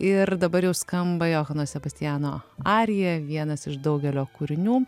ir dabar jau skamba johano sebastiano arija vienas iš daugelio kūrinių